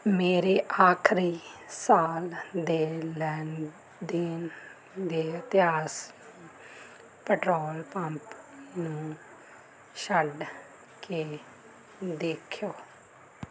ਮੇਰੇ ਆਖਰੀ ਸਾਲ ਦੇ ਲੈਣ ਦੇਣ ਦੇ ਇਤਿਹਾਸ ਪੈਟਰੋਲ ਪੰਪ ਨੂੰ ਛੱਡ ਕੇ ਦੇਖਿਓ